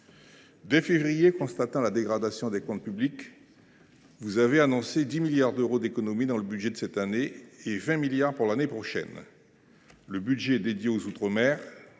Dès février, constatant la dégradation des comptes publics, vous avez annoncé 10 milliards d’euros d’économies dans le budget de cette année et 20 milliards d’euros pour l’année prochaine. Le budget dédié aux outre mer